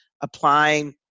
applying